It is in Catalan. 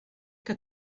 que